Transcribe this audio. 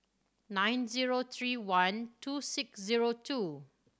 nine zero three one two six zero two